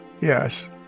yes